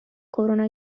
کرونا